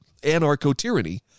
anarcho-tyranny